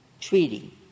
treaty